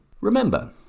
Remember